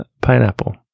Pineapple